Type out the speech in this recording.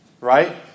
right